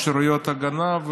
אפשרויות הגנה,